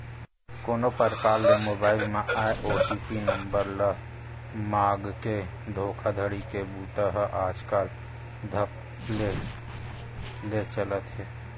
कोनो परकार ले मोबईल म आए ओ.टी.पी नंबर ल मांगके धोखाघड़ी के बूता ह आजकल धकल्ले ले चलत हे